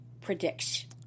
prediction